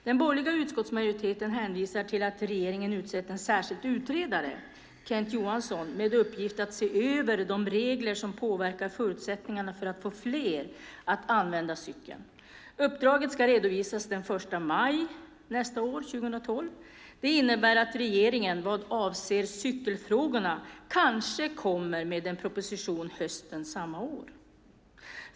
Den borgerliga utskottsmajoriteten hänvisar till att regeringen utsett en särskild utredare, Kent Johansson, med uppgift att se över de regler som påverkar förutsättningarna för att få fler att använda cykeln. Uppdraget ska redovisas den 1 maj nästa år, 2012. Det innebär att regeringen, vad avser cykelfrågorna, kanske kommer med en proposition hösten samma år.